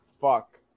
fuck